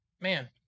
man